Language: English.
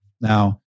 Now